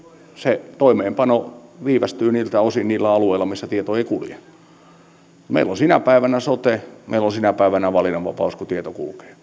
se toimeenpano viivästyy niiltä osin niillä alueilla missä tieto ei kulje meillä on sinä päivänä sote meillä on sinä päivänä valinnanvapaus kun tieto kulkee